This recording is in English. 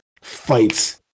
fights